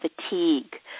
fatigue